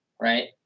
right